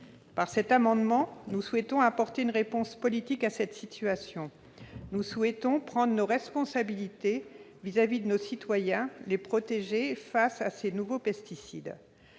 Par cet amendement, nous souhaitons apporter une réponse politique à cette situation. Nous entendons prendre nos responsabilités à l'égard de nos concitoyens, en les protégeant contre ces nouveaux pesticides.